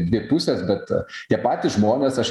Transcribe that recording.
dvi pusės bet tie patys žmonės aš